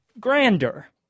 grander